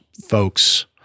folks